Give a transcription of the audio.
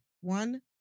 One